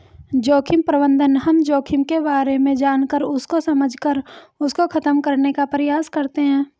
जोखिम प्रबंधन हम जोखिम के बारे में जानकर उसको समझकर उसको खत्म करने का प्रयास करते हैं